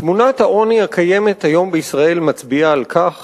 תמונת העוני הקיימת היום בישראל מצביעה על כך